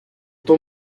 tom